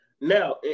Now